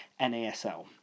nasl